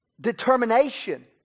determination